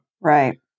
Right